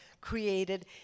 created